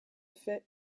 fait